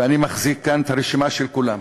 ואני מחזיק כאן את הרשימה של כולם.